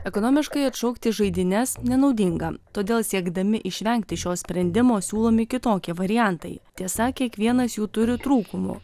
ekonomiškai atšaukti žaidynes nenaudinga todėl siekdami išvengti šio sprendimo siūlomi kitokie variantai tiesa kiekvienas jų turi trūkumų